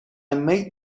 made